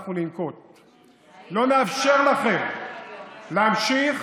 לא נאפשר לכם להמשיך